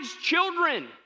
children